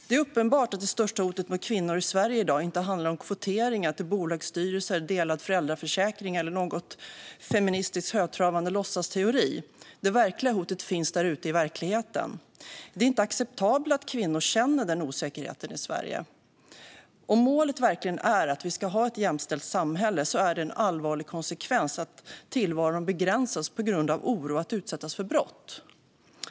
Det är uppenbart att det största hotet mot kvinnor i Sverige i dag inte handlar om kvotering till bolagsstyrelser, delad föräldraförsäkring eller något som framförts i en feministisk högtravande låtsasteori. Det riktiga hotet finns där ute i verkligheten. Det är inte acceptabelt att kvinnor känner denna osäkerhet i Sverige. Om målet verkligen är att vi ska ha ett jämställt samhälle är det allvarligt att tillvaron begränsas på grund av oro över att utsättas för brott.